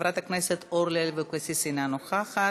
חברת הכנסת אורלי לוי אבקסיס, אינה נוכחת.